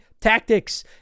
Tactics